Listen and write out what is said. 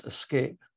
Escape